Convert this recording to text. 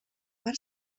part